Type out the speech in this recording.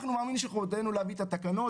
אנחנו מאמינים שחובתנו להביא את התקנות